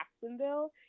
jacksonville